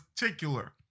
particular